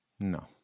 No